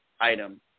item